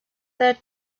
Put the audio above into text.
their